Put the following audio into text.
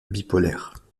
bipolaire